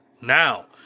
Now